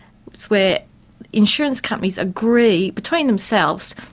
it's where insurance companies agree between themselves,